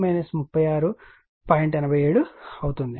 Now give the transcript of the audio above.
87 అవుతుంది